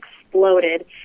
exploded